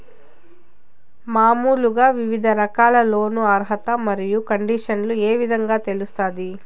మామూలుగా వివిధ రకాల లోను అర్హత మరియు కండిషన్లు ఏ విధంగా తెలుస్తాది?